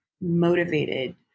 motivated